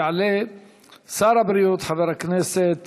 יעלה שר הבריאות חבר הכנסת